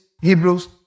Hebrews